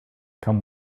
come